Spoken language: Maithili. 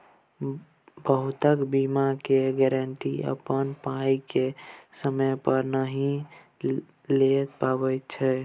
बहुतेक बीमा केर गहिंकी अपन पाइ केँ समय पर नहि लए पबैत छै